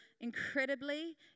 incredibly